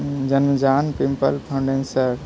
जन्मजान people foundation